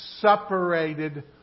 separated